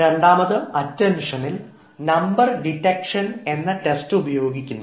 രണ്ടാമത് അറ്റൻഷനിൽ number detection എന്ന് ടെസ്റ്റ് ഉപയോഗിക്കുന്നു